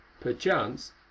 perchance